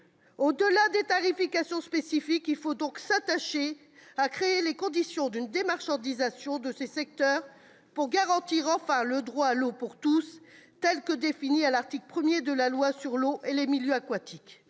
Au-delà des tarifications spécifiques, il faut donc s'attacher à créer les conditions d'une « démarchandisation » de ce secteur, afin de garantir enfin le droit à l'eau pour tous, tel que défini à l'article 1 de la loi sur l'eau et les milieux aquatiques.